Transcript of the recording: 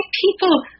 people